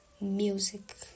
music